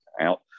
out